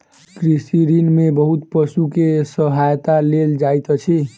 कृषि क्षेत्र में बहुत पशु के सहायता लेल जाइत अछि